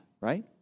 right